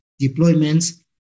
deployments